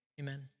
Amen